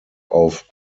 auf